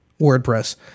WordPress